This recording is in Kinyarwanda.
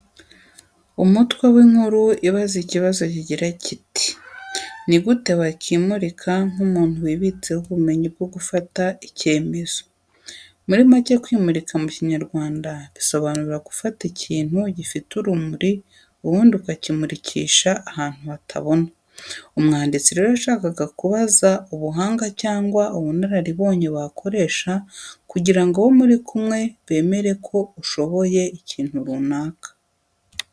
Umutwe w'inkuru ibaza ikibazo kigira kiti "Ni gute wakimurika nk'umuntu wibitseho ubumenyi bwo gufata icyemezo". Muri macye kwimurika mu Kinyarwanda bisobanura gufata ikintu gifite urumuri ubundi ukakimurikisha ahantu hatabona. Umwanditsi rero yashakaga kubaza ubuhanga cyangwa ubunararibonye wakoresha kugira ngo abo muri kumwe bemere ko ushoboye ikintu runaka.